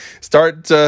Start